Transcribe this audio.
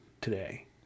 today